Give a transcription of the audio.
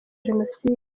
jenoside